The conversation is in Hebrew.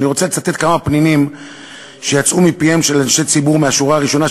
אני רוצה לצטט כמה פנינים שיצאו מפיהם של אנשי ציבור מהשורה הראשונה,